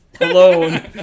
alone